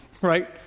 right